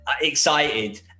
excited